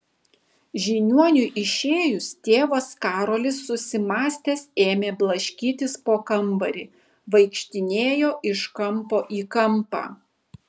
žiniuoniui išėjus tėvas karolis susimąstęs ėmė blaškytis po kambarį vaikštinėjo iš kampo į kampą